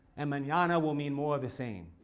and minana will mean more the same.